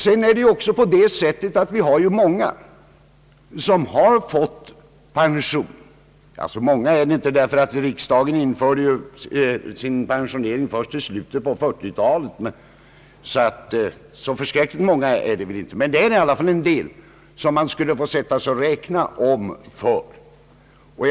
Man skulle få göra omräkningar för en hel del pensionstagare, men eftersom riksdagen införde sin pensionering först i slutet av 1940-talet, kan det inte röra sig om ett särskilt stort antal.